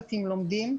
8,000 לומדים,